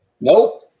Nope